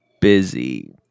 busy